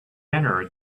entered